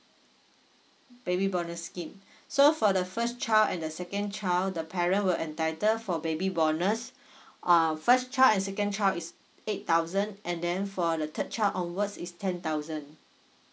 baby bonus scheme so for the first child and the second child the parent will entitle for baby bonus uh first child and second child is eight thousand and then for the third child onwards is ten thousand